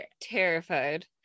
terrified